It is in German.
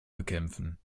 bekämpfen